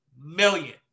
million